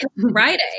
Friday